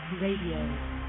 Radio